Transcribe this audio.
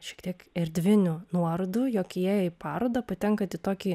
šiek tiek erdvinių nuorodų jog įėję į parodą patenkat į tokį